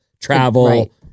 travel